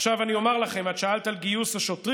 עכשיו, אני אומר לכם, את שאלת על גיוס השוטרים?